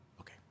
Okay